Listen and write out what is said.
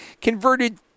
converted